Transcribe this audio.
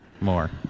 more